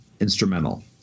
instrumental